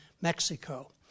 Mexico